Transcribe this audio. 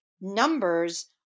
numbers